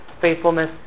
faithfulness